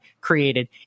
created